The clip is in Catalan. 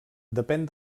depèn